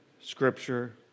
scripture